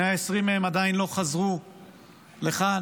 120 מהם עדיין לא חזרו לכאן.